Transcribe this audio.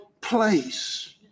place